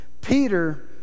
Peter